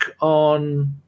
on